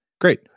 great